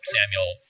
Samuel